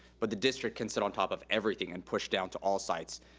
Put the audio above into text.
but the district can sit on top of everything and push down to all sites.